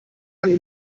man